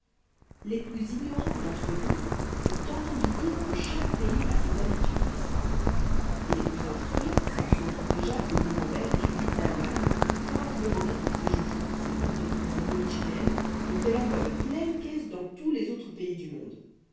les plus ignorants d'entre vous ont entendu dire que chaque pays a ses habitudes n'est-ce pas et les plus instruits savent sans doute déjà que nuremberg est une ville d'allemagne fort renommée pour ses joujoux ses poupées et ses polichinelles dont elle envoie de pleines caisses dans tous les autres pays du monde